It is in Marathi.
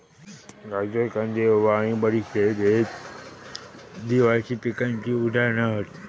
गाजर, कांदे, ओवा आणि बडीशेप हयते द्विवार्षिक पिकांची उदाहरणा हत